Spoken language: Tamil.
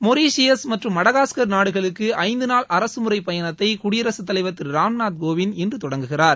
மொரீசியஸ் மற்றும் மடகாஸ்கர் நாடுகளுக்கு ஐந்துநாள் அரசு முறை பயணத்தை குடியரசு தலைவர் திரு ராம்நாத் கோவிந்த் இன்று தொடங்குகிறார்